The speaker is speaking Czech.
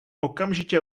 okamžitě